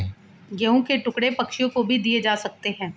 गेहूं के टुकड़े पक्षियों को भी दिए जा सकते हैं